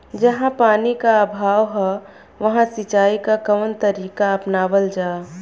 जहाँ पानी क अभाव ह वहां सिंचाई क कवन तरीका अपनावल जा?